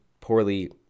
poorly